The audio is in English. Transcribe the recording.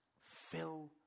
fill